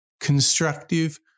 constructive